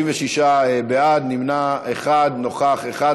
36 בעד, נמנע אחד, נוכח אחד.